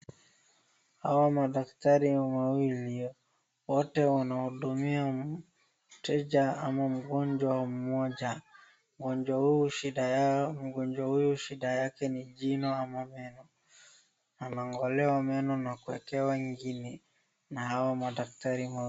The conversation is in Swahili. Hawa madakitari ni wawili. Wote wanahudumia mteja ama mgonjwa mmoja. Mgonjwa huyu shida yake ni jino ama meno. Anang'olewa meno na kuwekewa ingine na hao madakitari.